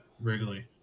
Wrigley